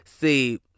see